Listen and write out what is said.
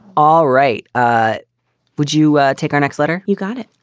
all right. ah would you ah take our next letter? you got it.